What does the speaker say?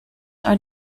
are